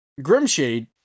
Grimshade